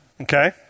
Okay